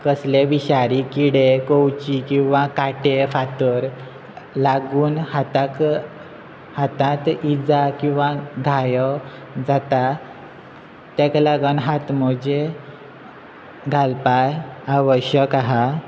कसले विशारी किडे कवची किंवां कांटे फातर लागून हाताक हातांत इजा किंवां घायो जाता ताका लागून हात मजे घालपाक आवश्यक आसा